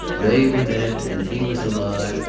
they were dead and he was alive,